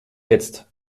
jetzt